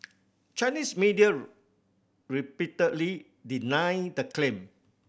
Chinese media repeatedly denied the claim